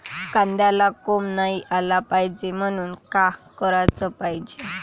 कांद्याला कोंब नाई आलं पायजे म्हनून का कराच पायजे?